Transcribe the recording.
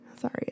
Sorry